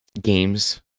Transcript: games